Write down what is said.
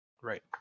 Right